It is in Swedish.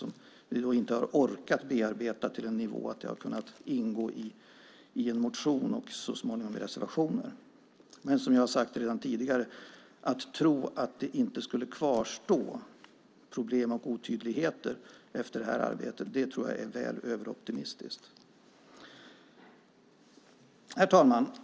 Vi har då inte orkat bearbeta dessa till en sådan nivå att det har kunnat ingå i en motion och så småningom i reservationer. Men som jag har sagt tidigare tror jag att det är överoptimistiskt att tro att det inte skulle kvarstå problem och otydligheter efter det här arbetet. Herr talman!